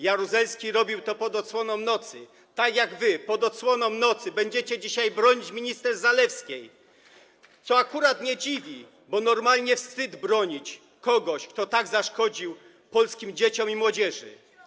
Jaruzelski robił to pod osłoną nocy, tak jak wy pod osłoną nocy będziecie dzisiaj bronić minister Zalewskiej, co akurat nie dziwi, bo normalnie wstyd bronić kogoś, kto tak zaszkodził polskim dzieciom i polskiej młodzieży.